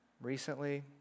recently